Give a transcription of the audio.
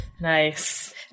nice